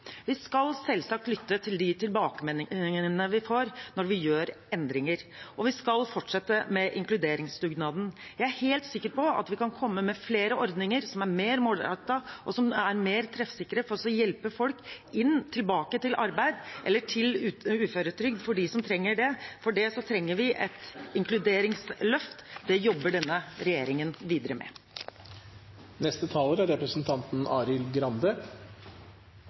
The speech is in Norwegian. Vi skal selvsagt lytte til de tilbakemeldingene vi får når vi gjør endringer, og vi skal fortsette med inkluderingsdugnaden. Jeg er helt sikker på at vi kan komme med flere ordninger som er mer målrettede og mer treffsikre for å hjelpe folk tilbake inn i arbeid, eller til uføretrygd, for dem som trenger det. Til det trenger vi et inkluderingsløft. Det jobber denne regjeringen videre med.